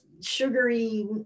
sugary